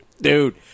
Dude